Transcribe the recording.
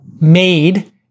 made